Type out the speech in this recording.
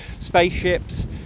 spaceships